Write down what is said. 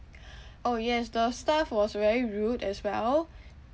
orh yes the staff was very rude as well